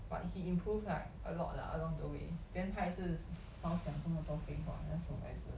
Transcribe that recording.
!wah! he improve like a lot lah along the way then 他也是少讲这么多废话那时候还是